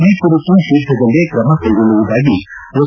ಈ ಕುರಿತು ಶೀಘ್ರದಲ್ಲೇ ಕ್ರಮ ಕೈಗೊಳ್ಳುವುದಾಗಿ ಎಚ್